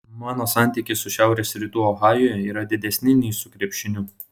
mano santykiai su šiaurės rytų ohaju yra didesni nei su krepšiniu